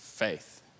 faith